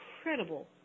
incredible